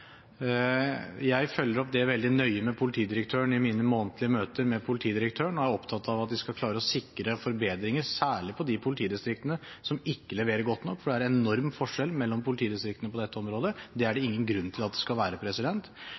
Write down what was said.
Jeg følger det opp veldig nøye med politidirektøren i mine månedlige møter med ham og er opptatt av at vi skal klare å sikre forbedringer, særlig for de politidistriktene som ikke leverer godt nok, for det er en enorm forskjell mellom politidistriktene på dette området. Det er det ingen grunn til at det skal være.